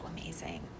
amazing